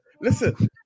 Listen